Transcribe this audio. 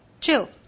Chill